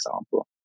example